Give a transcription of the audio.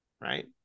Right